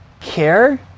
care